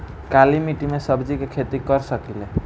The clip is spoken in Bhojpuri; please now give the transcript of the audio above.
काली मिट्टी में सब्जी के खेती कर सकिले?